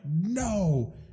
no